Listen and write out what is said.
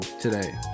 today